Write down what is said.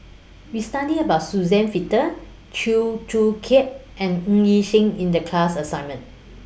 We studied about Suzann Victor Chew Joo Chiat and Ng Yi Sheng in The class assignment